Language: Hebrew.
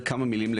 נמרוד,